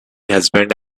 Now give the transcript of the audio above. husband